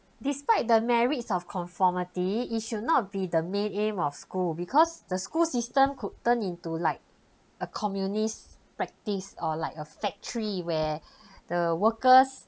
despite the merits of conformity it should not be the main aim of school because the school system could turn into like a communist practice or like a factory where the workers